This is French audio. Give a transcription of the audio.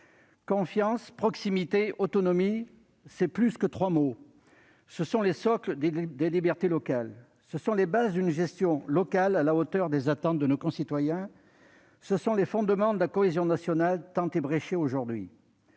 confiance, proximité, autonomie, ce sont davantage que trois mots : ce sont les socles des libertés locales, les bases d'une gestion locale à la hauteur des attentes de nos concitoyens, les fondements de la cohésion nationale tant ébréchée aujourd'hui.